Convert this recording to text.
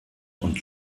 und